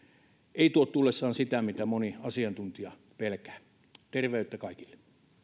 ei tuo tullessaan sitä mitä moni asiantuntija pelkää terveyttä kaikille